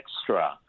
extra